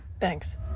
thanks